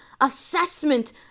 assessment